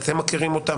אתם מכירים אותם,